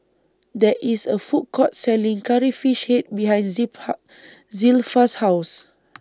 There IS A Food Court Selling Curry Fish Head behind Zilpha's House